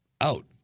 out